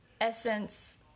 essence